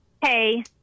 hey